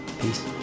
Peace